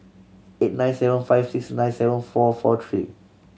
eight nine seven five six nine seven four four three